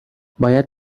باید